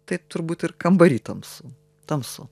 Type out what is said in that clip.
tai turbūt ir kambary tamsu tamsu